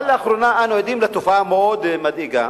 אבל לאחרונה אנו עדים לתופעה מאוד מדאיגה,